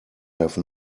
have